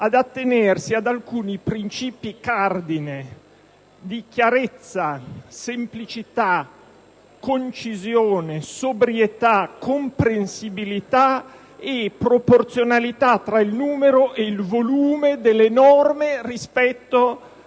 ad attenersi ad alcuni principi cardine di chiarezza, semplicità, concisione, sobrietà, comprensibilità e proporzionalità del numero e del volume delle norme rispetto